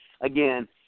again